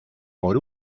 por